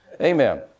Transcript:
Amen